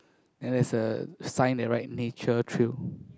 and there is a sign they write nature trail